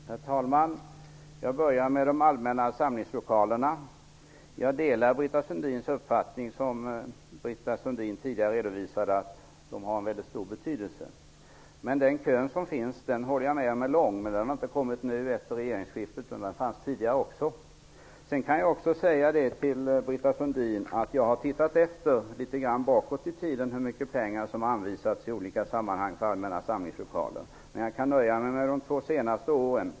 Herr talman! Jag börjar med de allmänna samlingslokalerna. Jag delar Britta Sundins uppfattning att de har en väldigt stor betydelse. Jag håller också med om att kön är lång, men den har inte tillkommit efter regeringsskiftet, utan den fanns tidigare också. Sedan kan jag säga till Britta Sundin att jag har tittat efter litet grand bakåt i tiden och sett efter hur mycket pengar som har anvisats i olika sammanhang för allmänna samlingslokaler. Jag kan nöja mig med de två senaste åren.